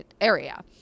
area